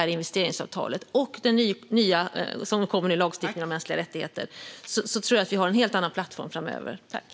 Där finns det ju separat lagstiftning som är på gång, vilket jag nämnde tidigare.